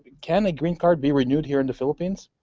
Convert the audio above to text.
can a green card be renewed here in the philippines?